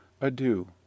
Adieu